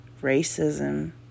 racism